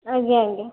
ଆଜ୍ଞା ଆଜ୍ଞା